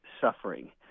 suffering